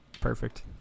Perfect